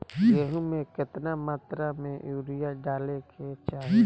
गेहूँ में केतना मात्रा में यूरिया डाले के चाही?